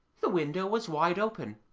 the window was wide open,